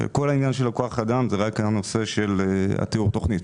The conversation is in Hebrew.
כל עניין כוח האדם הוא רק הנושא של תיאור התוכנית.